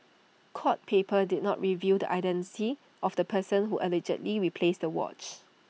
court papers did not reveal the identity of the person who allegedly replaced the watch